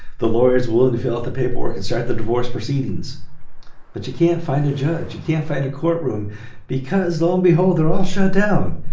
the lawyers willing to fill out the paperwork and start the divorce proceedings but you can't find a judge. you can't find a courtroom because lo and um behold they're all shut down.